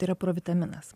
tai yra provitaminas